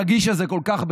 הרגיש כל כך,